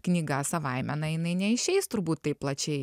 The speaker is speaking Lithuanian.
knyga savaime na jinai neišeis turbūt taip plačiai